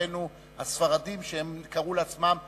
אחינו הספרדים, שקראו לעצמם ס"טים,